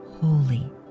holy